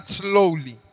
slowly